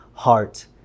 heart